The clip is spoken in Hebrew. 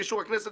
באישור הכנסת,